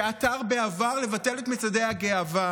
שעתר בעבר לבטל את מצעדי הגאווה,